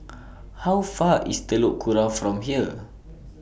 How Far away IS Telok Kurau from here